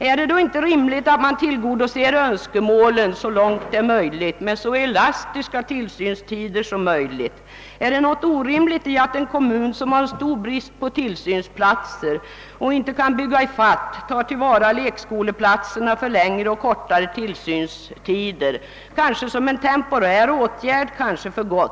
Är det då inte rimligt att man tillgodoser önskemålen så långt det är möjligt med så varierande tillsynstider som möjligt, och ligger det något orimligt i att en kommun, som har stor brist på tillsynsplatser och inte kan bygga ifatt, tillvaratar lekskoleplatserna för längre och kortare tillsynstider — kanske som en temporär åtgärd men kanske också för gott?